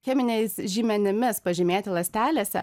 cheminiais žymenimis pažymėti ląstelėse